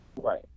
Right